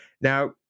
Now